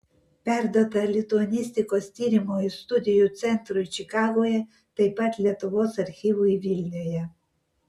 perduota lituanistikos tyrimo ir studijų centrui čikagoje taip pat lietuvos archyvui vilniuje